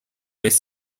vez